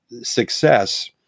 success